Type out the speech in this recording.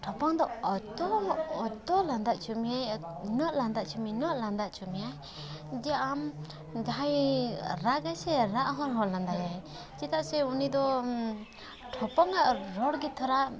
ᱴᱷᱚᱯᱚᱝ ᱫᱚ ᱚᱛᱚ ᱚᱛᱚ ᱞᱟᱸᱫᱟ ᱪᱚ ᱢᱮᱭᱟᱭ ᱩᱱᱟᱹᱜ ᱞᱟᱸᱫᱟ ᱪᱚ ᱢᱮᱭᱟᱭ ᱩᱱᱟᱹᱜ ᱞᱟᱸᱫᱟ ᱪᱚ ᱢᱮᱭᱟᱭ ᱡᱮ ᱟᱢ ᱡᱟᱦᱟᱸᱭᱮ ᱨᱟᱜᱟᱭ ᱥᱮ ᱨᱟᱜ ᱦᱚᱲ ᱦᱚᱸ ᱞᱟᱸᱫᱟᱭᱟᱭ ᱪᱮᱫᱟᱜ ᱥᱮ ᱩᱱᱤ ᱫᱚ ᱴᱷᱚᱯᱚᱝᱟᱜ ᱨᱚᱲ ᱜᱮ ᱛᱷᱚᱲᱟ